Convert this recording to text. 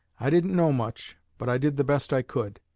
i didn't know much, but i did the best i could.